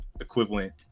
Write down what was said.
equivalent